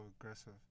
aggressive